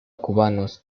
cubanos